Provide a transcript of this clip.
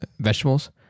vegetables